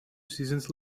seasons